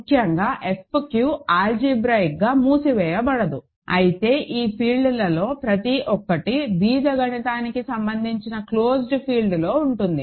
ముఖ్యంగా F q algebraic గా మూసివేయబడదు అయితే ఈ ఫీల్డ్లలో ప్రతి ఒక్కటి బీజగణితానికి సంబంధించిన క్లోజ్డ్ ఫీల్డ్లో ఉంటుంది